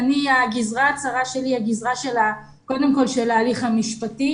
הגזרה הצרה שלי זה הגזרה קודם כל של ההליך המשפטי,